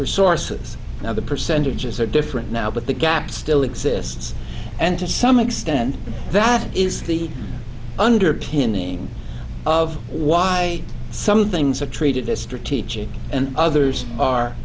resources now the percentages are different now but the gap still exists and to some extent that is the underpinning of why some of things are treated as strategic and others are